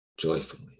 joyfully